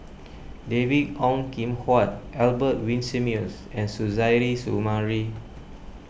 David Ong Kim Huat Albert Winsemius and Suzairhe Sumari